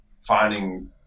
finding